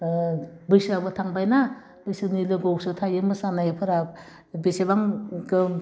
बैसोआबो थांबाय ना बैसोनि लोगोआवसो थायो मोसानाफोरा बेसेबां गोम